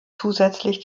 zusätzlich